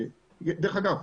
דרך אגב,